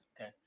okay